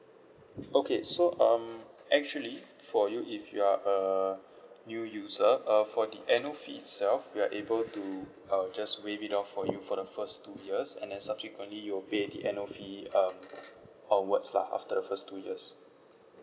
okay so um actually for you if you are a new user uh for the annual fee itself we are able to I will just waive it off for you for the first two years and then subsequently you will pay the annual fee um onwards lah after the first two years